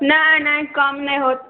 नहि नहि कम नहि होत